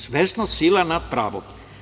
Svesno sila nad pravom.